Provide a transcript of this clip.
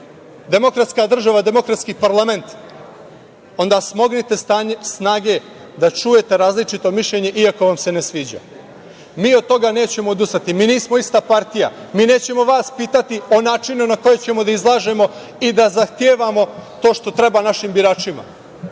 demokratska država, demokratski parlament, onda smognite snage da čujete različito mišljenje iako vam se ne sviđa. Mi od toga nećemo odustati. Mi nismo ista partija, mi nećemo vas pitati o načinu na koji ćemo da izlažemo i da zahtevamo to što treba našim biračima.